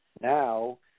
now